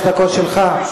אותו דבר, תסכימו, מה קרה?